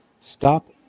Stop